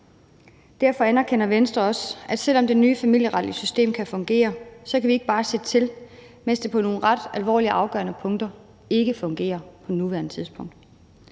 Derfor anerkender Venstre også, at selv om det nye familieretlige system kan fungere, kan vi ikke bare se til, mens det på nogle ret alvorlige og afgørende punkter ikke fungerer på nuværende tidspunkt.